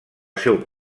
seu